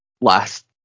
last